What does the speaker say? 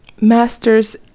masters